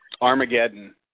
Armageddon